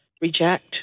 reject